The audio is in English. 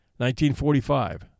1945